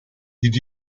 did